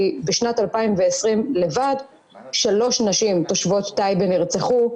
בשנת 2020 לבד שלוש נשים תושבות טייבה נרצחו.